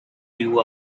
grew